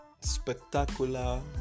spectacular